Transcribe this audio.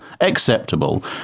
acceptable